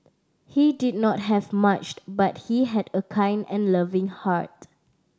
he did not have much but he had a kind and loving heart